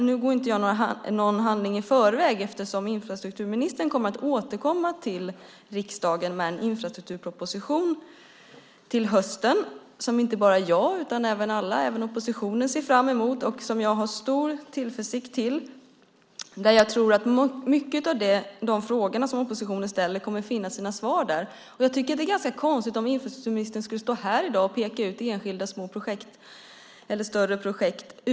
Nu vill jag inte gå händelserna i förväg. Infrastrukturministern kommer ju att återkomma till riksdagen med en infrastrukturproposition till hösten, en proposition som inte bara jag utan alla, även oppositionen, ser fram emot. Jag gör det med stor tillförsikt. Jag tror att många av de frågor som oppositionen ställer kommer att finna sina svar där. Jag tycker att det vore ganska konstigt om infrastrukturministern i dag skulle stå här och peka ut enskilda små eller större projekt.